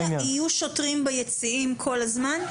אז יהיו שוטרים ביציעים כל הזמן?